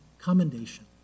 commendation